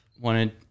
wanted